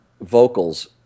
vocals